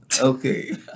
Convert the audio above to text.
Okay